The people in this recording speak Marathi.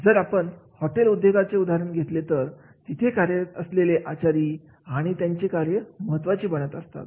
जर आपण हॉटेल उद्योगांचे उदाहरण घेतले तर तिथे कार्यरत असलेले आचारी आणि त्यांची कार्य महत्त्वाची बनत असतात